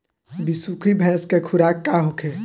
बिसुखी भैंस के खुराक का होखे?